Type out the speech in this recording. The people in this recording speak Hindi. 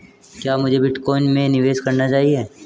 क्या मुझे बिटकॉइन में निवेश करना चाहिए?